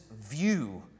view